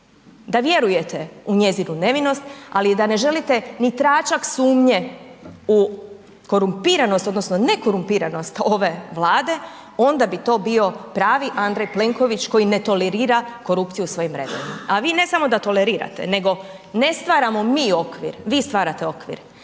da vjerujete u njezinu nevinost, ali i da ne želite ni tračak sumnje u korumpiranost odnosno nekorumpiranost ove Vlade onda bi to bio pravi Andrej Plenković koji netolerira korupciju u svojim redovima, a vi ne samo da tolerirate nego ne stvaramo mi okvir, vi stvarate okvir,